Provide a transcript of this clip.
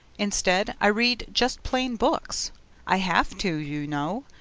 instead, i read just plain books i have to, you know,